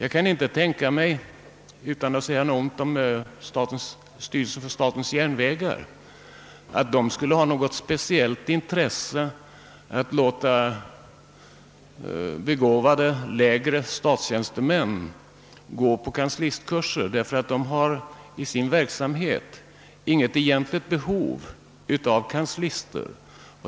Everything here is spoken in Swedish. Jag kan inte tänka mig — utan att säga någonting ont om styrelsen för statens järnvägar — att detta verk skulle ha något speciellt intresse av att låta begåvade lägre tjänstemän gå på kanslistkurser, eftersom statens järnvägar i sin verksamhet inte har något egentligt behov av kanslister.